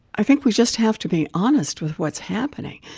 i think we just have to be honest with what's happening.